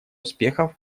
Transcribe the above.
успехов